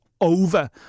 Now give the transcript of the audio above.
over